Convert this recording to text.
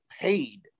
paid